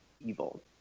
evil